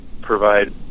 provide